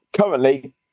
currently